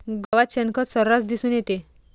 गावात शेणखत सर्रास दिसून येते